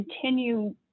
continue